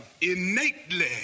innately